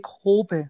hope